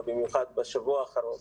ובמיוחד בשבוע האחרון,